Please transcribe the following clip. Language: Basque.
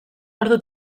ordu